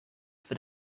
for